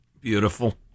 Beautiful